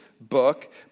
book